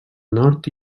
nord